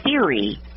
theory